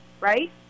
right